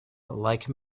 like